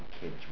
kids